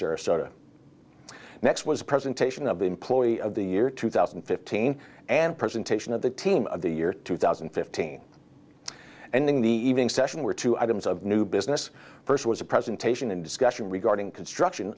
sarasota next was a presentation of the employee of the year two thousand and fifteen and presentation of the team of the year two thousand and fifteen and in the evening session were two items of new business first was a presentation and discussion regarding construction